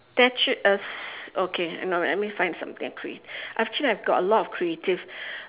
statue a s~ okay let me find something create~ actually I've got a lot of creative